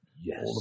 Yes